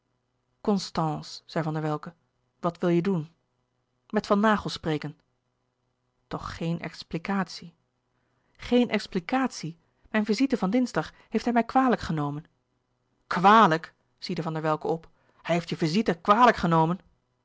constance zei van der welcke wat wil je doen met van naghel spreken toch geen explicatie geen explicatie mijn visite van louis couperus de boeken der kleine zielen dinsdag heeft hij mij kwalijk genomen kwalijk ziedde van der welcke op hij heeft je visite kwalijk genomen